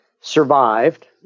survived